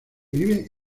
vive